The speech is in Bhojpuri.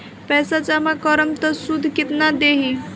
पैसा जमा करम त शुध कितना देही?